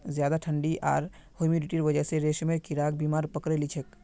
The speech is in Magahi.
ज्यादा ठंडी आर ह्यूमिडिटीर वजह स रेशमेर कीड़ाक बीमारी पकड़े लिछेक